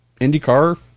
indycar